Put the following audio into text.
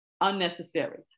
Unnecessary